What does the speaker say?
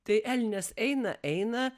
tai elnias eina eina